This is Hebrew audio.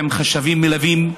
עם חשבים מלווים,